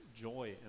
joy